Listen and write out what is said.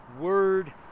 Word